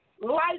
Life